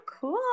cool